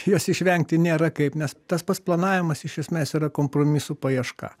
jos išvengti nėra kaip nes tas pats planavimas iš esmės yra kompromisų paieška